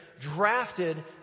drafted